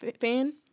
fan